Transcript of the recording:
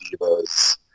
Divas